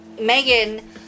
Megan